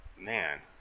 man